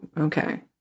okay